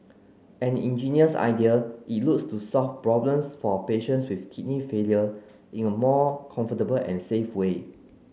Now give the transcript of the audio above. an ingenious idea it looks to solve problems for patients with kidney failure in a more comfortable and safe way